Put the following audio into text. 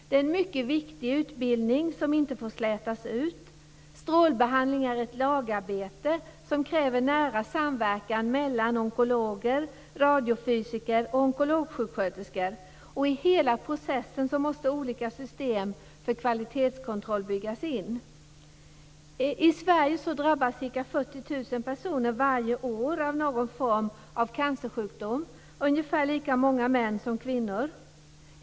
Det är en mycket viktig utbildning som inte får slätas ut. Strålbehandling är ett lagarbete som kräver nära samverkan mellan onkologer, radiofysiker och onkologisjuksköterskor. I hela processen måste olika system för kvalitetskontroll byggas in. I Sverige drabbas ca 40 000 personer varje år av någon form av cancersjukdom, ungefär lika många män som kvinnor.